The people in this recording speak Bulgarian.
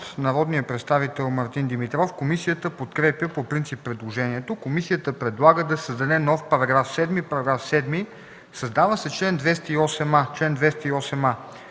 народния представител Мартин Димитров. Комисията подкрепя по принцип предложението. Комисията предлага да се създаде нов § 7: „§ 7. Създава се чл. 208а: „Чл. 208а.